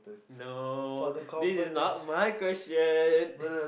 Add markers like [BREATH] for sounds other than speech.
no this is not my question [BREATH]